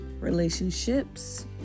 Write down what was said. relationships